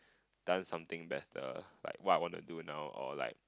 done something better like what I want to do now or like